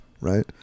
right